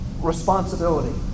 responsibility